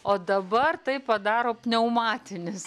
o dabar tai padaro pneumatinis